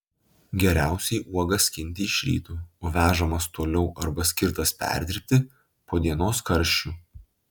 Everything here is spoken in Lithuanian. geriausiai uogas skinti iš ryto o vežamas toliau arba skirtas perdirbti po dienos karščių